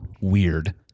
weird